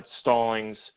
Stallings